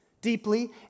deeply